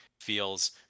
feels